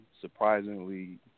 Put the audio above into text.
Surprisingly